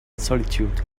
solitude